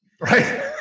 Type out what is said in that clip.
right